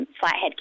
Flathead